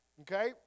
Okay